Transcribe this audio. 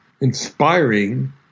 inspiring